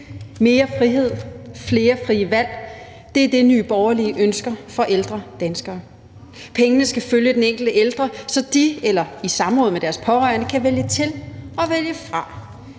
mere frihed og flere frie valg. Det er det, som Nye Borgerlige ønsker for ældre danskere. Pengene skal følge den enkelte ældre, så de eller de i samråd med deres pårørende kan vælge til og vælge fra.